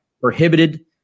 prohibited